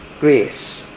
grace